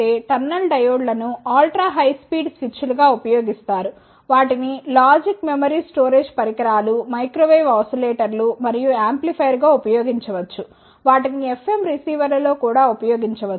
tunnel డయోడ్లను ultra high speed స్విచ్లు గా ఉపయోగిస్తారు వాటిని లాజిక్ మెమరీ స్టోరేజ్ పరికరాలు మైక్రో వేవ్ ఓసిలేటర్లు మరియు యాంప్లిఫైయర్గా ఉపయోగించవచ్చు వాటిని FM రిసీవర్లలో కూడా ఉపయోగించవచ్చు